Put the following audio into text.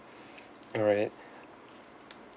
alright